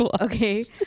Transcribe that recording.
okay